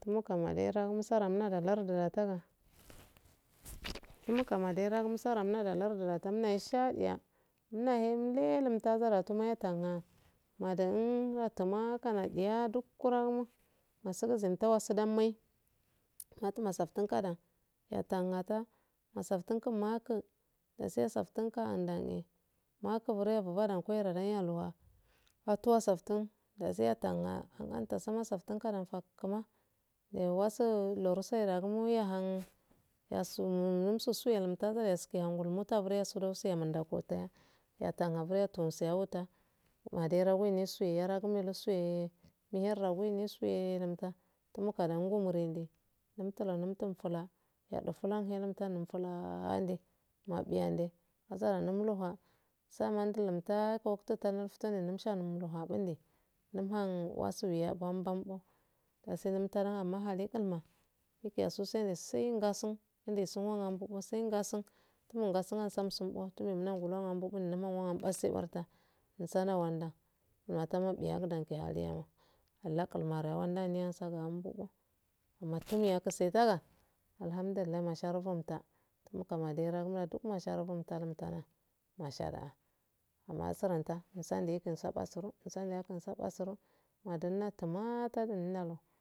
Mmuka maderahhum sare unahum lardu la tara ummuka maderahum sara lardura la tumnabe shdiy nnahem letazara funyatunhe madahum watumaa kadahayea dukkurah wasu sogun tadumay was dida fatuma saftun kada ngata mosaf tungu maaku dasi a saftun gani dane maku wato asaftun dasi atanna ferowaso lorusaye dagumohun yasumun msu suye hani hun muta buroyasoya munda go taya yeta nga burata goya soya wade ra go musiye meherragu musuye tumakara hum ngumri de lumtua numtum fula yadofu lahunun fulaa nte yabiyande azara num luha samansum lum haa kohofde num sha luha bunde lumham wasiha lum bambam dasi lem taha maha te kulme nikiya so saina su tuma ngasumha naga usala wanda uma tana lakul mara wanda miya saga mbuko mmata ga yakise alhamdulillah masha rugumta duk masha rahata hare suramta asuro masande kum saba seuro madumma tumaa tudun nalu